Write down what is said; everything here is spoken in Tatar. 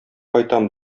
кайтам